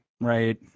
Right